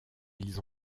ils